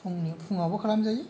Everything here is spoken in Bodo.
फुंनि फुङावबो खालामजायो